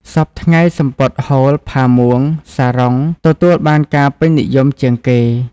សព្វថ្ងៃសំពត់ហូល ផាមួង សារុង ទទួលបានការពេញនិយមជាងគេ។